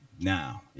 now